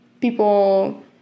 people